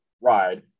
ride